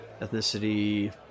ethnicity